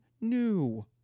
new